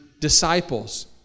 disciples